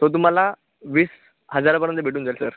तो तुम्हाला वीस हजारापर्यंत भेटून जाईल सर